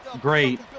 Great